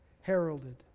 heralded